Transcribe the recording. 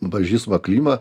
pažįstamą klymą